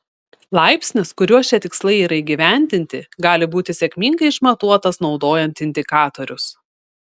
laipsnis kuriuo šie tikslai yra įgyvendinti gali būti sėkmingai išmatuotas naudojant indikatorius